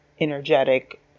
energetic